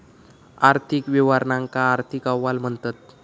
आर्थिक विवरणांका आर्थिक अहवाल म्हणतत